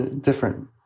different